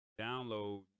download